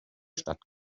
stadt